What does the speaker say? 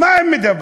מה הם מדברים?